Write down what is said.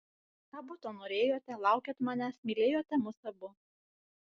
abu to norėjote laukėt manęs mylėjote mus abu